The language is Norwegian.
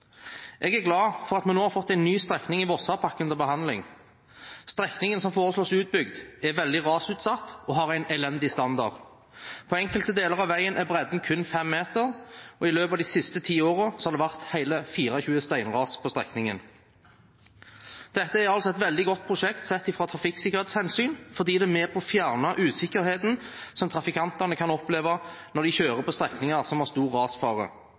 Jeg er glad for at vi nå har fått en ny strekning i Vossapakko til behandling. Strekningen som foreslås utbygd, er veldig rasutsatt og har en elendig standard. På enkelte deler av veien er bredden kun 5 meter, og i løpet av de siste ti årene har det vært hele 24 steinras på strekningen. Dette er et veldig godt prosjekt ut fra trafikksikkerhetshensyn, fordi det er med på å fjerne usikkerheten som trafikantene kan oppleve når de kjører på strekninger som har stor rasfare.